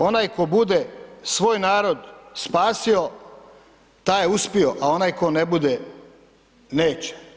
Onaj tko bude svoj narod spasio taj je uspio, a onaj tko ne bude neće.